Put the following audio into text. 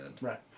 Right